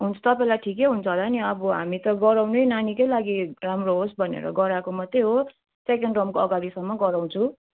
हुन्छ तपाईँलाई ठिकै हुन्छ होला नि अब हामी त गराउनै नानीकै लागि राम्रो होस् भनेर गराएको मात्रै हो सेकेन्ड टर्मको अगाडिसम्म गराउँछु